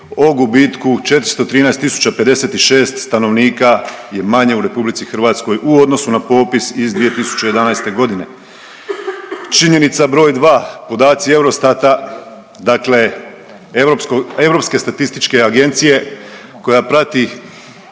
o gubitku 413 tisuća 56 stanovnika je manje u RH u odnosu na popis iz 2011.g.. Činjenica br. 2., podaci Eurostata, dakle Europske statističke agencije koja prati